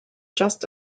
just